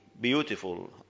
beautiful